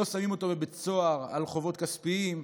לא שמים אותו בבית סוהר על חובות כספיים,